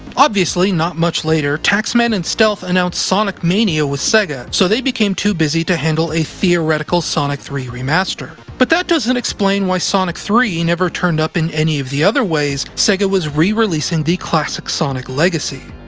obviously, not much later, taxman and stealth announced sonic mania with sega, so they became too busy to handle a theoretical sonic three remaster. but that doesn't explain why sonic three never turned up in any of the other ways sega was re-releasing the classic sonic legacy.